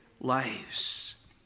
lives